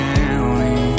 County